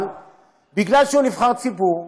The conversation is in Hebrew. אבל בגלל שהוא נבחר ציבור,